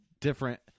different